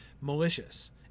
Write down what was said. malicious